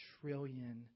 trillion